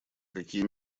какие